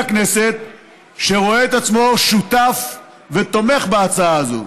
הכנסת שרואה את עצמו שותף ותומך בהצעה הזאת.